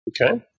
Okay